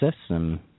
system